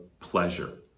pleasure